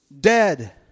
dead